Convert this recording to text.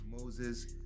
Moses